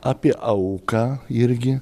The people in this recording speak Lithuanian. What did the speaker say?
apie auką irgi